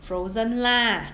frozen lah